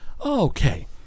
Okay